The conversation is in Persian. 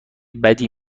بدی